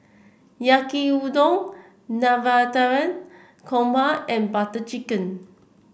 Yaki Udon Navratan Korma and Butter Chicken